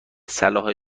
صلاح